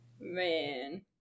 man